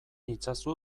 itzazu